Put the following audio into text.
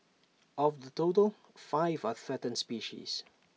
of the total five are threatened species